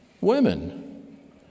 women